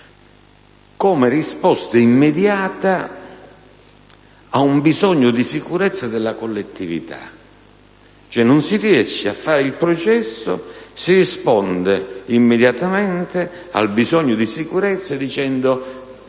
come risposta immediata a un bisogno di sicurezza della collettività. In pratica, dato che non si riesce a fare il processo, si risponde immediatamente al bisogno di sicurezza dicendo